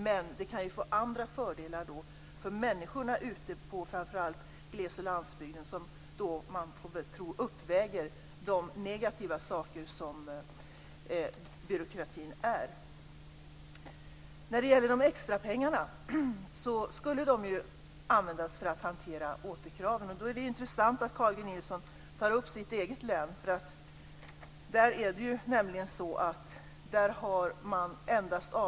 Men det kan ju få andra fördelar för människorna i framför allt gles och landsbygden som man får tro uppväger de negativa saker som byråkratin innebär. De extra pengarna skulle användas för att hantera återkraven. Det är intressant att Carl G Nilsson tar upp sitt eget län.